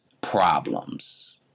problems